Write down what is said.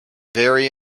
very